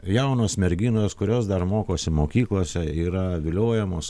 jaunos merginos kurios dar mokosi mokyklose yra viliojamos